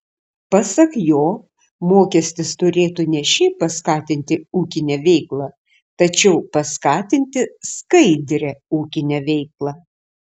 pasak jo mokestis turėtų ne šiaip paskatinti ūkinę veiklą tačiau paskatinti skaidrią ūkinę veiklą